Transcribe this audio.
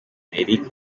eric